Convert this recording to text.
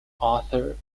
author